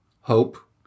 hope